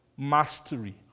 Mastery